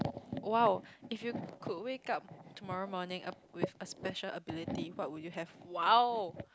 !wow! if you could wake up tomorrow morning a with a special ability what would you have !wow!